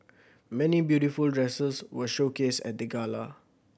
many beautiful dresses were showcased at the gala